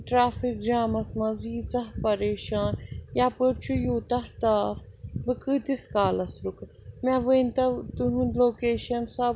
traffic جامَس منٛز ییٖژاہ پریشان یَپٲرۍ چھُ یوٗتاہ تاپھ بہٕ کۭتِس کالَس رُکہٕ مےٚ ؤنۍتو تُہُنٛد لوکیشَن سۄ